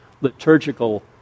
liturgical